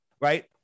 right